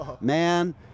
man